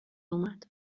اومد